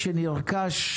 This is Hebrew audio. לפעמים זה נראה מסיבות אחרות,